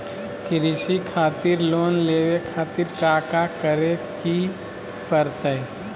कृषि खातिर लोन लेवे खातिर काका करे की परतई?